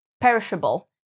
perishable